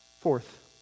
Fourth